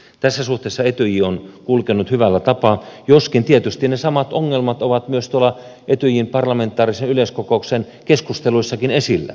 tässä suhteessa etyj on kulkenut hyvällä tapaa joskin tietysti ne samat ongelmat ovat tuolla etyjin parlamentaarisen yleiskokouksen keskusteluissakin esillä